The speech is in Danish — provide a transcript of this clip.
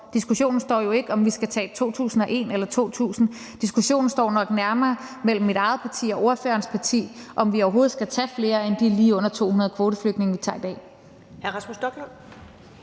Diskussionen står jo ikke mellem, om vi skal tage 2.001 eller 2.000. Diskussionen står nok nærmere mellem mit eget parti og ordførerens parti om, om vi overhovedet skal tage flere end de lige under 200 kvoteflygtninge, vi tager i dag.